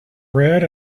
red